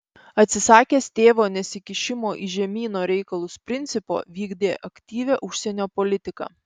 atsisakęs tėvo nesikišimo į žemyno reikalus principo vykdė aktyvią užsienio politiką